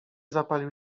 zapalił